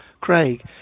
Craig